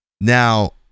Now